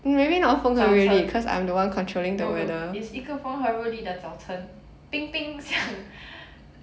早晨 no no it's 一个风和日丽的早晨冰冰